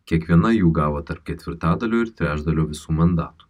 kiekviena jų gavo tarp ketvirtadalio ir trečdalio visų mandatų